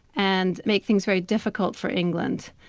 and make things very difficult for england.